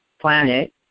planet